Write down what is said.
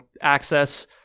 access